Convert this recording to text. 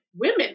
women